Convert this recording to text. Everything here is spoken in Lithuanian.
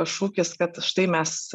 šūkis kad štai mes